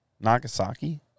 Nagasaki